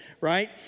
right